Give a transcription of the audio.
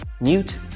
mute